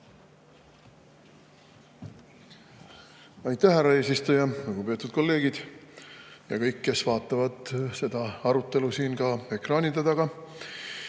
Aitäh, härra eesistuja! Lugupeetud kolleegid ja kõik, kes vaatavad seda arutelu siin ekraanide taga!